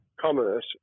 commerce